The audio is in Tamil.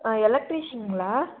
ஆ எலக்ட்ரிஷன்ங்களா